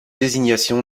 désignation